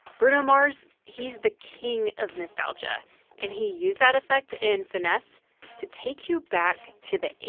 bruno mars, he's the king of nostalgia and he used that effect in finesse to take you back to the eighty